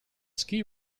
ski